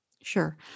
Sure